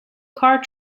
car